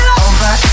over